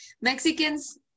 Mexicans